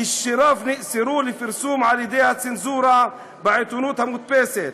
כששיריו נאסרו לפרסום על ידי הצנזורה בעיתונות המודפסת,